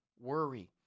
worry